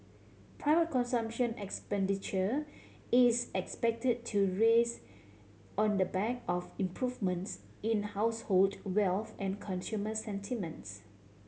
private consumption expenditure is expected to rise on the back of improvements in household wealth and consumer sentiments